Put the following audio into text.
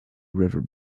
river